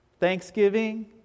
thanksgiving